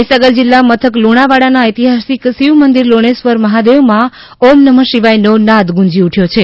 મહીસાગર જિલ્લા મથકલુણાવાડાના ઐતિહાસિક શિવમંદિર લૂણેશ્વર મહાદેવમાં છઁ નમ શિવાયનો નાદ ગુંજી ઉઠ્યો છે